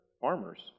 farmers